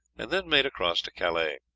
and then made across to calais.